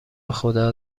خدا